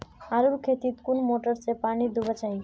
आलूर खेतीत कुन मोटर से पानी दुबा चही?